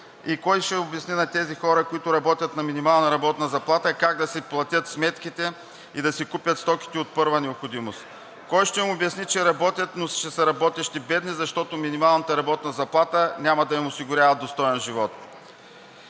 Кой ще обясни на тези хора, които работят на минимална работна заплата, как да си платят сметките и да си купят стоките от първа необходимост? Кой ще им обясни, че работят, но ще са работещи бедни, защото минималната работна заплата няма да им осигурява достоен живот?